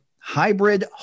Hybrid